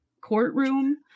courtroom